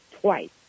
twice